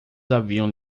haviam